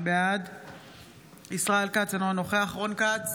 בעד משה טור פז, אינו נוכח אחמד טיבי,